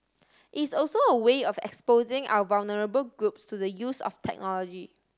it's also a way of exposing our vulnerable groups to the use of technology